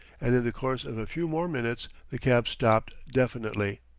and in the course of a few more minutes the cab stopped definitely.